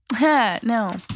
no